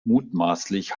mutmaßlich